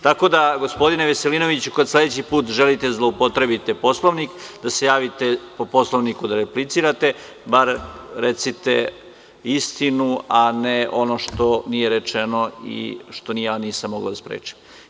Tako da, gospodine Veselinoviću, kad sledeći put želite da zloupotrebite Poslovnik, da se javite po Poslovniku da replicirate, bar recite istinu, a ne ono što nije rečeno i što ni ja nisam mogao da sprečim.